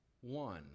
one